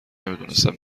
نمیدونستم